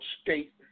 state